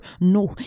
no